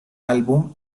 álbum